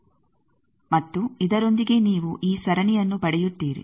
ಮತ್ತು ಇದರೊಂದಿಗೆ ನೀವು ಈ ಸರಣಿಯನ್ನು ಪಡೆಯುತ್ತೀರಿ